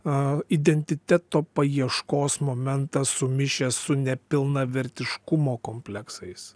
identiteto paieškos momentas sumišęs su nepilnavertiškumo kompleksais